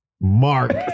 Mark